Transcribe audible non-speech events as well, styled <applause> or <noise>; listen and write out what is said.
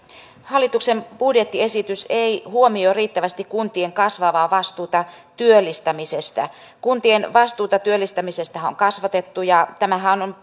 hallituksen budjettiesitys ei huomioi riittävästi kuntien kasvavaa vastuuta työllistämisestä kuntien vastuuta työllistämisestähän on kasvatettu ja tämähän on <unintelligible>